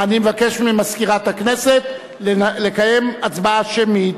אני מבקש ממזכירת הכנסת לקיים הצבעה שמית.